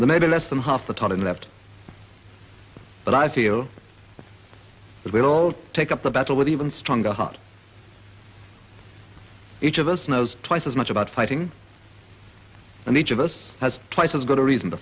the maybe less than half the town in left but i feel that we all take up the battle with even stronger heart each of us knows twice as much about fighting and each of us has twice as good a reason to